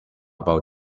about